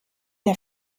der